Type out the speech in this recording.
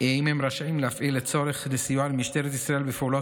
שהם רשאים להפעיל לצורך סיוע למשטרת ישראל בפעולות